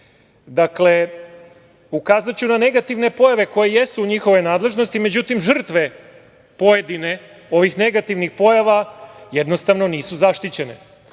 ukazaću na negativne pojave koje jesu u njihovoj nadležnosti. Međutim, žrtve pojedine ovih negativnih pojava jednostavno nisu zaštićene.